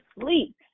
sleep